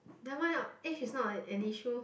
never mind ah age is not a an issue